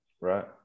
Right